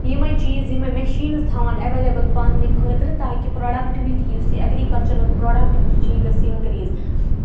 یِمَے چیٖز یِمَے مِشیٖنٕز تھاوان ایٚویلیبُل پَنٕنہِ خٲطرٕ تاکہِ پرٛوڈَکٹیٛوِٗٹی یُس یہِ ایٚگرِکَلچَرَل پرٛوڈَکٹیٛوِٗٹی چھِ یہِ گَژھِ اِنکریٖز